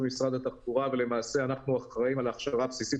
שמתחבר למה שדיבר עליו נועם בהיבט של